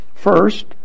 First